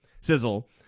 Sizzle